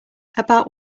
about